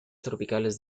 tropicales